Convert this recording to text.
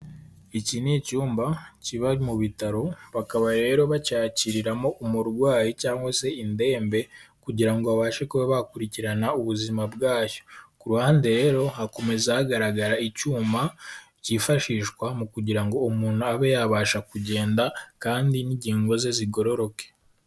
Iki ni icyumba kiba mu bitaro, bakaba rero bacyakiriramo umurwayi cyangwa se indembe kugira ngo babashe kuba bakurikirana ubuzima bwayo, ku ruhande rero hakomeza hagaragara icyuma kifashishwa mu kugira ngo umuntu abe yabasha kugenda kandi n'ingingo ze zigororoke.